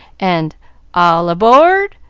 and all aboard!